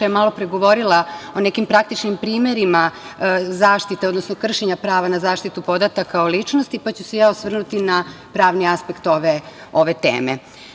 Nataša je malopre govorila o nekim praktičnim primerima zaštite, odnosno kršenja prava na zaštitu podataka o ličnosti, pa ću se ja osvrnuti na pravni aspekt ove teme. Na